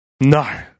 No